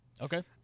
Okay